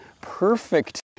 perfect